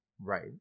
Right